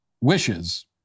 wishes